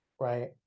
right